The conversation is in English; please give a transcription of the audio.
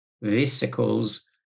vesicles